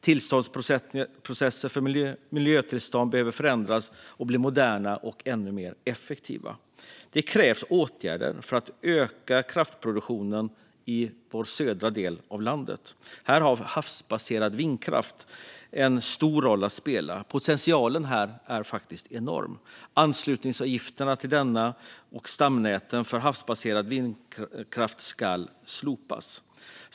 Tillståndsprocesser för miljötillstånd behöver förändras och bli moderna och ännu mer effektiva. Åtgärder krävs för att öka kraftproduktionen i södra delen av vårt land. Här kan havsbaserad vindkraft spela en stor roll. Potentialen är enorm. Anslutningsavgifterna till stamnäten för havsbaserad vindkraft ska slopas.